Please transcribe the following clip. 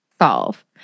solve